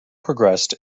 progressed